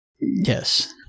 Yes